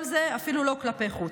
כל זה אפילו לא כלפי חוץ.